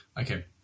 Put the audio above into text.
Okay